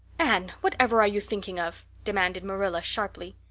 anne, whatever are you thinking of? demanded marilla sharply.